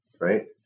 right